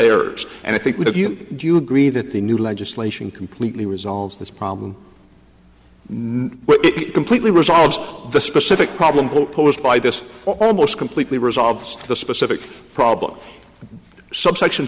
errors and i think we have you do you agree that the new legislation completely resolves this problem it completely resolves the specific problem posed by this almost completely resolves the specific problem subsection